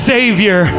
Savior